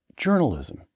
Journalism